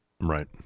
Right